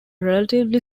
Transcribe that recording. relatively